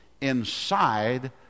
inside